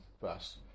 first